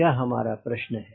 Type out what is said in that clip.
यह हमारा प्रश्न है